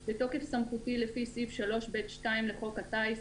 בתוקף סמכותי לפי סעיף 3(ב)(2) לחוק הטיס,